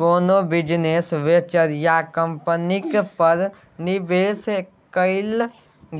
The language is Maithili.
कोनो बिजनेस वेंचर या कंपनीक पर निबेश कएल